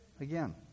again